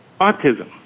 autism